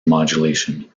modulation